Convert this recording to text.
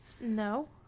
No